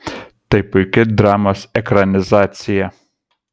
tai puiki dramos ekranizacija